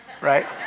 Right